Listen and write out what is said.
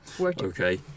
Okay